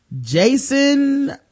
Jason